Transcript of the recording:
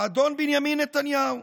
האדון בנימין נתניהו.